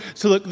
so, look,